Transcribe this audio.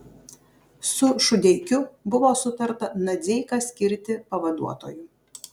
su šudeikiu buvo sutarta nadzeiką skirti pavaduotoju